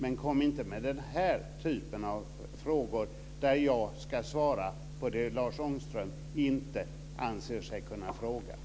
Men kom inte med den här typen av frågor, där jag ska svara på det Lars Ångström inte anser sig kunna tala om.